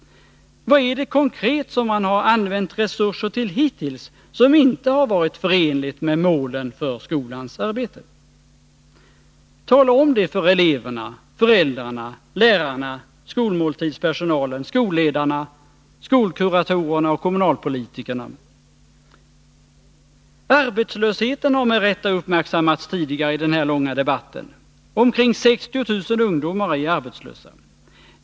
Vad är det konkret som man har använt resurserna till hittills, som inte har varit förenligt med målen för skolans arbete? Tala om det för eleverna, föräldrarna, lärarna, skolmåltidspersonalen, skolledarna, skolkuratorerna och kommunalpolitikerna! Arbetslösheten har med rätta uppmärksammats tidigare i den här långa debatten. Omkring 60 000 ungdomar är arbetslösa.